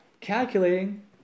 calculating